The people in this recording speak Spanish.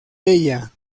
ella